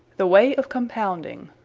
the way of compounding.